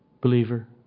believer